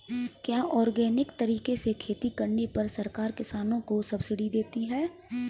क्या ऑर्गेनिक तरीके से खेती करने पर सरकार किसानों को सब्सिडी देती है?